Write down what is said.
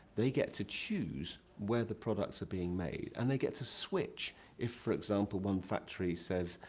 they get to choose where the products are being made, and they get to switch if, for example, one factory says,